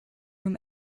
from